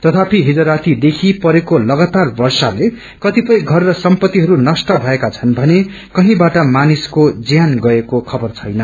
तयापि जि राती देखि परेको सगातार वर्षाले कतिपय घर र सम्पतीहरू नष्ट भएका छन् भने कडीबाट मानिसको ज्यान गएको खबर छैन